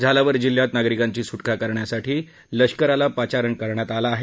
झालावर जिल्ह्यात नागरिकांची सुटका करण्यासाठी लष्कराला पाचारण करण्यात केलं आहे